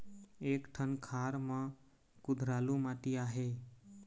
एक ठन खार म कुधरालू माटी आहे?